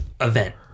event